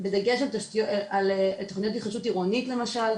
בדגש על תוכניות של התחדשות עירונית למשל.